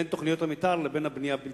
בין תוכניות המיתאר לבין הבנייה הבלתי-חוקית.